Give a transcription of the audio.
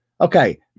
okay